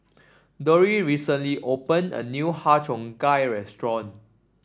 Dori recently opened a new Har Cheong Gai restaurant